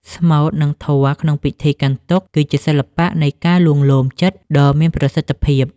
ស្មូត និងធម៌ក្នុងពិធីកាន់ទុក្ខ គឺជាសិល្បៈនៃការលួងលោមចិត្តដ៏មានប្រសិទ្ធភាព។